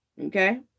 Okay